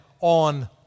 on